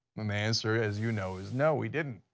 um answer is you know is no we didn't.